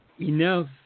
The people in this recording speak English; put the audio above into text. enough